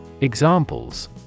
Examples